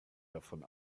davon